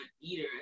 Eater